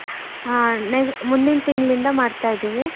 ಆಂ ನೆ ಮುಂದಿನ ತಿಂಗಳಿಂದ ಮಾಡ್ತಾ ಇದ್ದೀವಿ